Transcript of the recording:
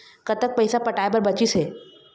कतक पैसा पटाए बर बचीस हे?